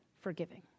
forgiving